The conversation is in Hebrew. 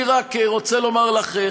אני רק רוצה לומר לך,